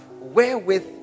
wherewith